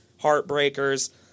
heartbreakers